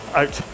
out